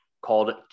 called